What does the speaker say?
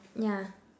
yeah